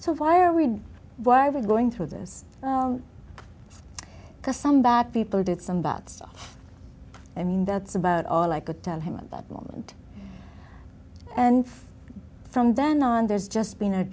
so why are we why we're going through this because some bad people did some bad stuff i mean that's about all i could tell him at that moment and from then on there's just been a